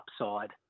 upside